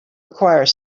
acquire